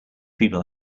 people